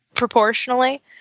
Proportionally